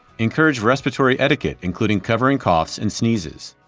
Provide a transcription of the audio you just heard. encourage respiratory etiquette, including covering coughs and sneezes.